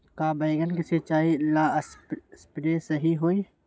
का बैगन के सिचाई ला सप्रे सही होई?